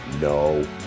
No